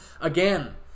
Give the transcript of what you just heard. again